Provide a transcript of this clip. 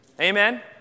Amen